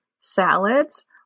salads